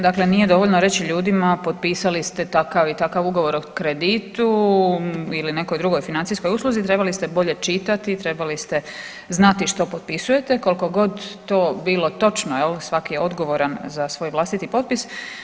Dakle nije dovoljno reći ljudima potpisali ste takav i takav ugovor o kreditu ili nekoj drugoj financijskoj usluzi, trebali ste bolje čitati, trebali ste znati što potpisujete, koliko god to bilo točno, je li, svaki je odgovoran za svoj vlastiti potpis.